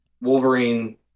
wolverine